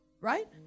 Right